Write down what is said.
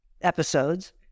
episodes